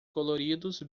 coloridos